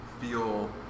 feel